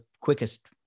quickest